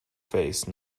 face